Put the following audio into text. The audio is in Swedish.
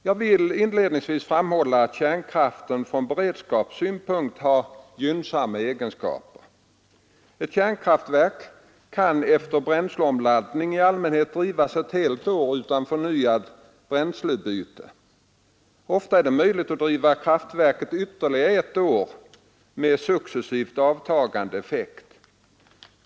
Jag vill inledningsvis framhålla att kärnkraften från beredskapssynpunkt har gynnsamma egenskaper. Ett kärnkraftverk kan efter bränsleomladdning i allmänhet drivas ett helt år utan förnyat bränslebyte. Ofta är det möjligt att driva kraftverket ytterligare ett år, men med successivt avtagande effekt.